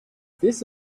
this